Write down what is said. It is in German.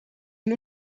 ihn